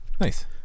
nice